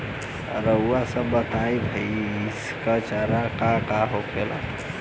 रउआ सभ बताई भईस क चारा का का होखेला?